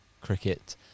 cricket